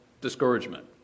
discouragement